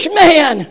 man